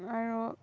আৰু